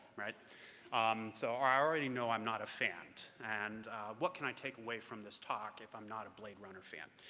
um so i already know i'm not a fan, and what can i take away from this talk if i'm not a blade runner fan?